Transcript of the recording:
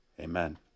amen